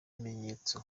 bimenyetso